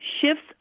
shifts